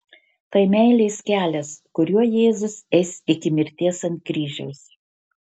tai meilės kelias kuriuo jėzus eis iki mirties ant kryžiaus